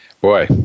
boy